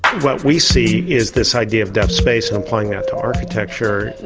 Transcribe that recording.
what we see is this idea of deaf space and applying that to architecture,